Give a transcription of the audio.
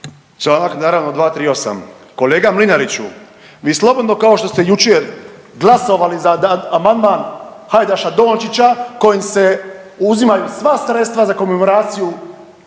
Članak naravno 238.. Kolega Mlinariću, vi slobodno kao što ste jučer glasovali za amandman Hajdaša Dončića kojem se uzimaju sva sredstva za komemoraciju